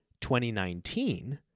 2019